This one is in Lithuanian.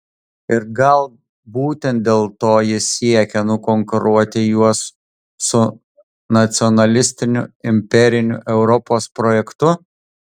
ir gal būtent dėl to jis siekia nukonkuruoti juos su nacionalistiniu imperiniu europos projektu